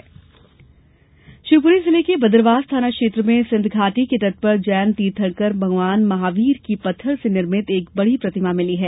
प्रतिमा शिवपुरी जिले के बदरवास थाना क्षेत्र में सिंध नदी के तट पर जैन तीर्थकर भगवान महावीर की पत्थर से निर्मित एक बड़ी प्रतिमा मिली है